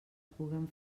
puguen